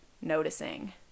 noticing